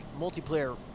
multiplayer